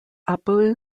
abu